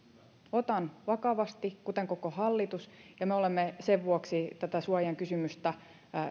otan vakavasti kuten koko hallitus ja me olemme sen vuoksi tätä suojainkysymystä